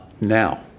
now